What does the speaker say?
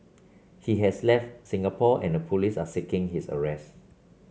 he has left Singapore and the police are seeking his arrest